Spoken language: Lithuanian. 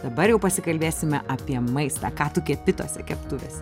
dabar jau pasikalbėsime apie maistą ką tu kepi tose keptuvėse